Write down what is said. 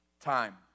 time